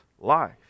life